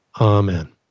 Amen